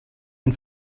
ein